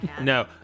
No